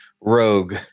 rogue